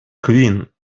kvin